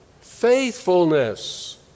faithfulness